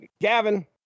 Gavin